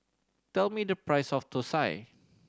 tell me the price of thosai